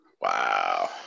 wow